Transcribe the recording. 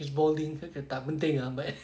his balding tak penting ah but